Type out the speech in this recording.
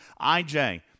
IJ